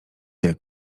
wie